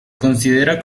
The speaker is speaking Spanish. considera